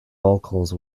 vocals